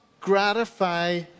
gratify